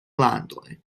landoj